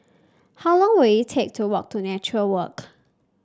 how long will it take to walk to Nature Walk